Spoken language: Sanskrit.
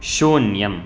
शून्यम्